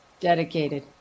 Dedicated